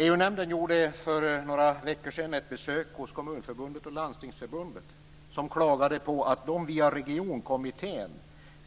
EU-nämnden gjorde för några veckor sedan ett besök hos Kommunförbundet och Landstingsförbundet, som klagade på att de via Regionkommittén